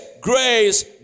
grace